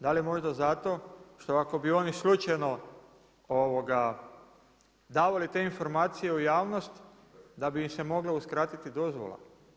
Da li možda zato, što ako bi oni slučajno, davali te informacije u javnost, da bi im se mogla uskratiti dozvola?